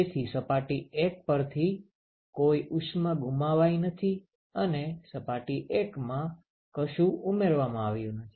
તેથી સપાટી 1 પરથી કોઈ ઉષ્મા ગુમાવાઈ નથી અને સપાટી 1 માં કશું ઉમેરવામાં આવ્યુ નથી